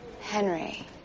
Henry